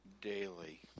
daily